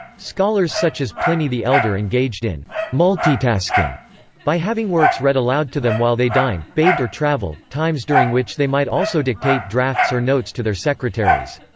scholars such as pliny the elder engaged in multitasking by having works read aloud to them while they dined, bathed or travelled, times during which they might also dictate drafts or notes to their secretaries.